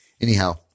Anyhow